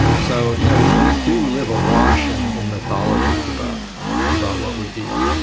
so you know we we do live awash and in mythologies about about what we eat.